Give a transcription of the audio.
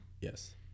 Yes